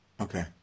Okay